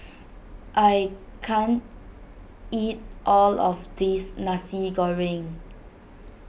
I can't eat all of this Nasi Goreng